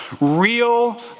Real